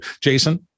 Jason